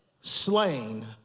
Slain